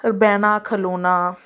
ਫਿਰ ਬਹਿਣਾ ਖਲ੍ਹੋਣਾ